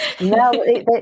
No